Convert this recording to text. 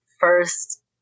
first